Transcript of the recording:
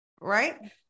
right